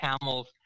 camels